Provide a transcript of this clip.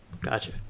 gotcha